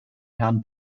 herrn